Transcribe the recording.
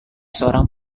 seorang